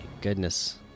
goodness